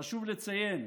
חשוב לציין: